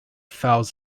fouls